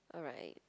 alright